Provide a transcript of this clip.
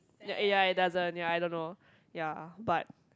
ya ya it doesn't ya I don't know but